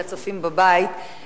או לצופים בבית,